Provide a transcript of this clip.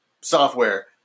software